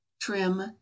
Trim